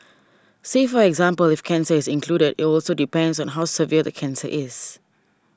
say for example if cancer is included it also depends on how severe the cancer is